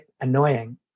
annoying